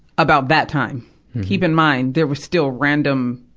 about that time keep in mind, there was still random,